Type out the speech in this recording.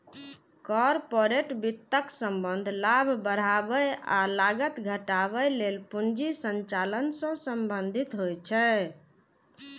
corporate वित्तक संबंध लाभ बढ़ाबै आ लागत घटाबै लेल पूंजी संचालन सं संबंधित होइ छै